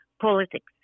politics